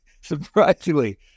Surprisingly